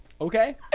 okay